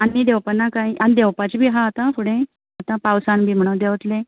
आनी देंवपा ना कांय आनी देंवपाची बी आसा आतां फुडें आतां पावसान बी म्हण देंवत्लें